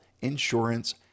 insurance